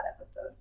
episode